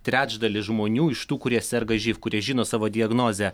trečdalis žmonių iš tų kurie serga živ kurie žino savo diagnozę